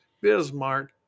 Bismarck